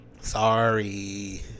Sorry